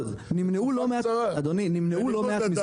אבל נמנעו לא מעט מיזוגים.